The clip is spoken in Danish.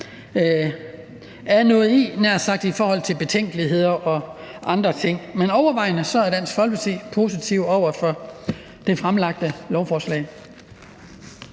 jeg nær sagt, i forhold til at have betænkeligheder og andre ting. Men overvejende er Dansk Folkeparti positive over for det fremsatte lovforslag.